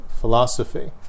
philosophy